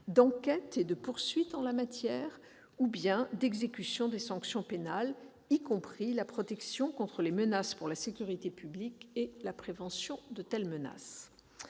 d'enquêtes et de poursuites en la matière ou d'exécution de sanctions pénales, y compris la protection contre les menaces pour la sécurité publique et la prévention de telles menaces.